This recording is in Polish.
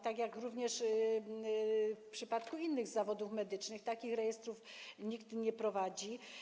Podobnie jak w tym, również w przypadku innych zawodów medycznych takich rejestrów nikt nie prowadzi.